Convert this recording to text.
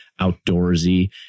outdoorsy